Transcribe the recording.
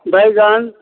बैगन